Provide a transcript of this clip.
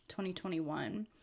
2021